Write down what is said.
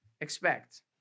expect